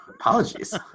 apologies